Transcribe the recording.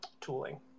tooling